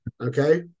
Okay